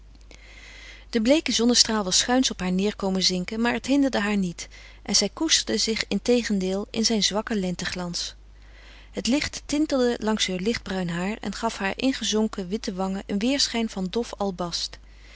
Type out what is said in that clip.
de bleeke zonnestraal was schuins op haar neêr komen zinken maar het hinderde haar niet en zij koesterde zich integendeel in zijn zwakken lenteglans het licht tintelde langs heur lichtbruin haar en gaf haar ingezonken witte wangen een weêrschijn van dof albast